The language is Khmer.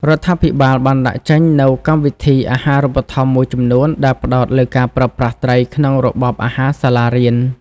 រដ្ឋាភិបាលបានដាក់ចេញនូវកម្មវិធី អាហារូបត្ថម្ភ មួយចំនួនដែលផ្តោតលើការប្រើប្រាស់ត្រីក្នុងរបបអាហារសាលារៀន។